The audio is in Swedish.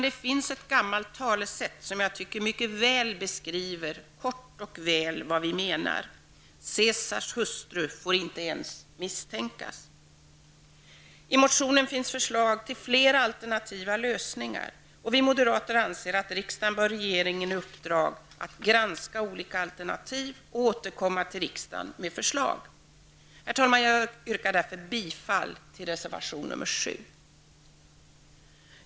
Det finns ett gammalt talesätt, som jag tycker kort och mycket väl beskriver vad vi menar: ''Caesars hustru får inte ens misstänkas.'' I motionen finns förslag till flera alternativa lösningar och vi moderater anser att riksdagen bör ge regeringen i uppdrag att granska olika alternativ och återkomma till riksdagen med förslag. Herr talman! Jag yrkar därför bifall till reservation nr 7.